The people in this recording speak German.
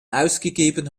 ausgegeben